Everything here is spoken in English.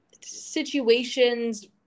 situations